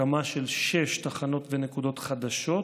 הקמה של שש תחנות ונקודות חדשות,